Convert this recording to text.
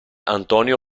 antonio